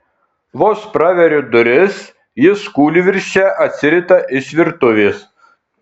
vos praveriu duris jis kūlvirsčia atsirita iš virtuvės